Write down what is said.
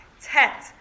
Tet